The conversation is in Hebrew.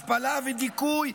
השפלה ודיכוי,